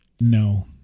No